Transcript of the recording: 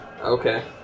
Okay